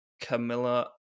Camilla